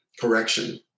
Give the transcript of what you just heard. correction